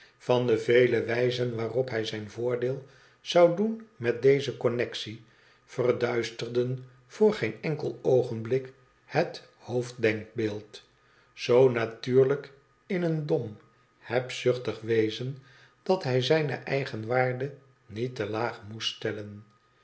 van de vele wijzen waarop hij zijn voordeel zou doen met deze connexie verduisterden voor geen enkel oogenblik het hoofddenkbeeld zoo natuurlijk in een dom hebzuchtig wezen dat hij zijne eigenwaarde niet te laag moest stellen